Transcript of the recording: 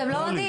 אתם לא עונים.